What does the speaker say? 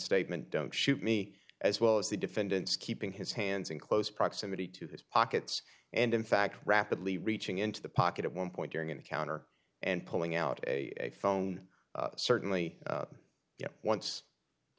statement don't shoot me as well as the defendant's keeping his hands in close proximity to the pockets and in fact rapidly reaching into the pocket at one point during an encounter and pulling out a phone certainly you know once the